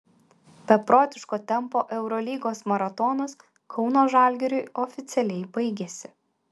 beprotiško tempo eurolygos maratonas kauno žalgiriui oficialiai baigėsi